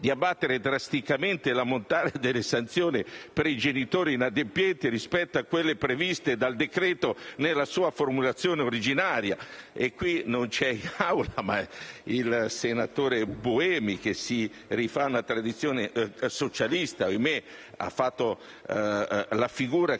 di abbattere drasticamente l'ammontare delle sanzioni per i genitori inadempienti rispetto a quelle previste dal decreto-legge nella sua formulazione originaria. Il senatore Buemi, che si rifà a una tradizione socialista - ahimè - ha fatto la figura uguale